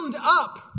up